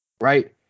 right